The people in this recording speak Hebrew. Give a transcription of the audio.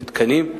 לתקנים.